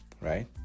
right